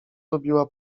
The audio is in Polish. lubiła